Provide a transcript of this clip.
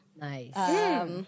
Nice